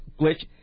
glitch